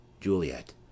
Juliet